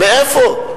מאיפה?